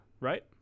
right